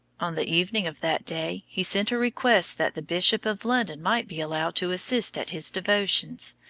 on the evening of that day he sent a request that the bishop of london might be allowed to assist at his devotions,